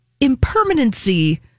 impermanency